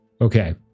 okay